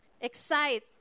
excite